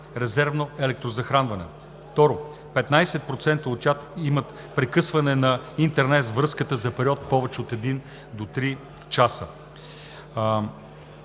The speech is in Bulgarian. резервно електрозахранване. Второ, 15% от тях имат прекъсване на интернет връзката за период за повече от един до три часа.